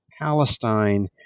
Palestine